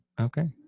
Okay